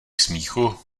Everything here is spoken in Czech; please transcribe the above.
smíchu